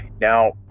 now